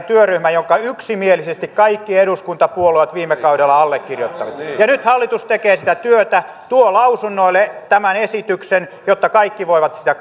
työryhmä jonka työn yksimielisesti kaikki eduskuntapuolueet viime kaudella allekirjoittivat ja nyt hallitus tekee sitä työtä tuo lausunnoille tämän esityksen jotta kaikki voivat sitä